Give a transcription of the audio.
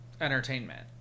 entertainment